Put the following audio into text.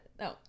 No